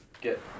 get